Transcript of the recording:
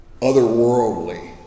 otherworldly